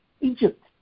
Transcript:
Egypt